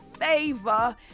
favor